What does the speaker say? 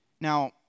Now